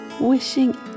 Wishing